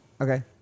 Okay